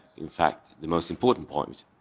in fact the most important point,